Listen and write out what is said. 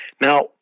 Now